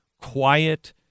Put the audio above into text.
quiet